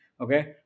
Okay